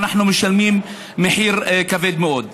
ואנחנו משלמים מחיר כבד מאוד.